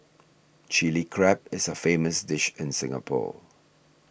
Chilli Crab is a famous dish in Singapore